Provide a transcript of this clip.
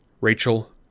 Rachel